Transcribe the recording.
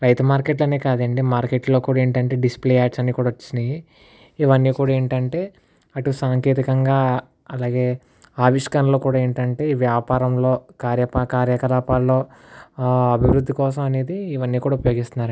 రైతు మార్కెట్ లోనే కాదండి మార్కెట్ లో కూడా ఏంటంటే డిస్ప్లే యాడ్స్ అన్ని కూడా వచ్చేసాయి ఇవన్నీ కూడా ఏంటంటే అటు సాంకేతికంగా అలాగే ఆవిష్కరణలు కూడా ఏంటంటే ఈ వ్యాపారంలో కార్యప కార్యకలాపాల్లో అభివృద్ధి కోసం అనేది ఇవన్నీ కూడా ఉపయోగిస్తున్నారు